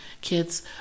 kids